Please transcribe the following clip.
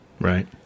Right